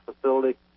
facility